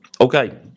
Okay